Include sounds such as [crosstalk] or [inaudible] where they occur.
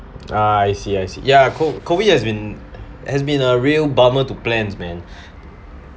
uh I see I see yeah CO~ COVID has been has been a real bomber to plans man [breath]